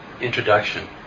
introduction